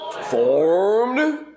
Formed